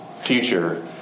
future